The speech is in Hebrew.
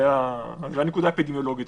זו הנקודה האפידמיולוגית